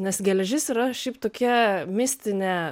nes geležis yra šiaip tokia mistinė